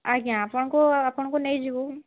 ଆଜ୍ଞା ଆପଣଙ୍କୁ ଆପଣଙ୍କୁ ନେଇଯିବୁ